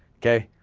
okay.